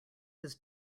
his